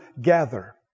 gather